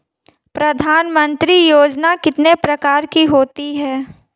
प्रधानमंत्री योजना कितने प्रकार की होती है?